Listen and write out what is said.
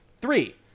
Three